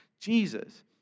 Jesus